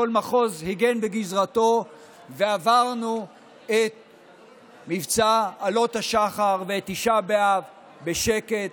כל מחוז הגן בגזרתו ועברנו את מבצע עלות השחר ואת תשעה באב בשקט,